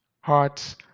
hearts